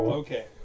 okay